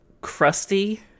crusty